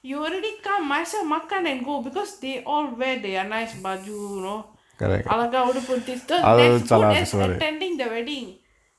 you already come myself makan and go because they all wear they are nice baju you know அழகா உடுப்பு உடுத்தி:alaga udupu uduthi still that's good as at attending the wedding